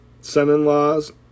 son-in-laws